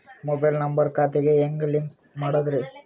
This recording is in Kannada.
ಮೊಬೈಲ್ ನಂಬರ್ ಖಾತೆ ಗೆ ಹೆಂಗ್ ಲಿಂಕ್ ಮಾಡದ್ರಿ?